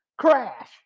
Crash